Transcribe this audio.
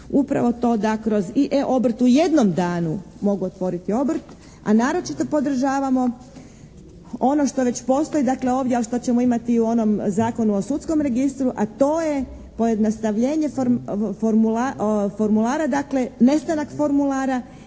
upravo to da kroz i, e, obrt u jednom danu mogu otvoriti obrt, a naročito podržavamo ono što već postoji dakle ovdje, a šta ćemo imati u onom Zakonu o sudskom registru, a to je pojednostavljenje formulara,